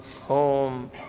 home